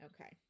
okay